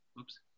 Oops